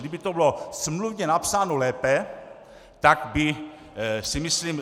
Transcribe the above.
Kdyby to bylo smluvně napsáno lépe, tak si myslím...